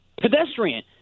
pedestrian